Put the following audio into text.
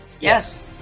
Yes